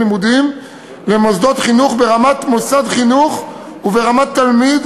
הלימודים למוסדות חינוך ברמת מוסד חינוך וברמת תלמיד,